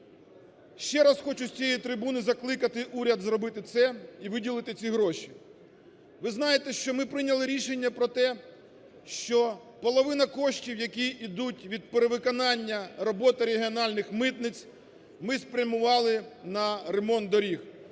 Ще раз хочу з цієї трибуни закликати уряд зробити це і виділити ці гроші. Ви знаєте, що ми прийняли рішення про те, що половина коштів, які йдуть від перевиконання роботи регіональних митниць, ми спрямували на ремонт доріг.